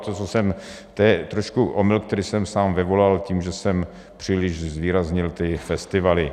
To je trošku omyl, který jsem sám vyvolal tím, že jsem příliš zvýraznil ty festivaly.